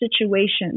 situations